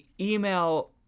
email